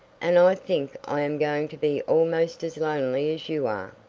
and i think i am going to be almost as lonely as you are.